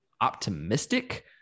optimistic